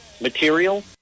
material